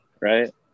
right